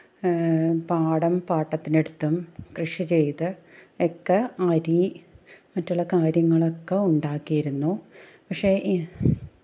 പാടം പാട്ടത്തിനടുത്തും കൃഷി ചെയ്ത് ഒക്കെ അരി മറ്റുള്ള കാര്യങ്ങളൊക്കെ ഉണ്ടാക്കിയിരുന്നു പക്ഷെ ഇ